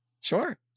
Sure